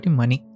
money